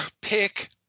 pick